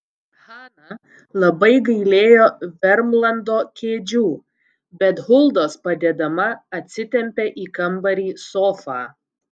hana labai gailėjo vermlando kėdžių bet huldos padedama atsitempė į kambarį sofą